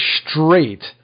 straight